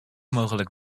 mogelijk